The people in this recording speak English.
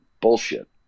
bullshit